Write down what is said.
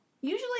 Usually